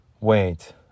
Wait